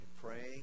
praying